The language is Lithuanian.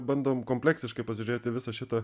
bandom kompleksiškai pasižiūrėt į visą šitą